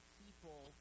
people